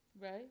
Right